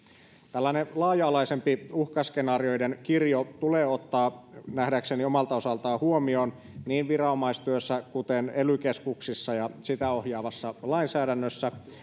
tällainen laaja alaisempi uhkaskenaarioiden kirjo tulee ottaa nähdäkseni omalta osaltaan huomioon viranomaistyössä kuten ely keskuksissa ja sitä ohjaavassa lainsäädännössä